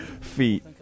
Feet